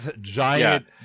giant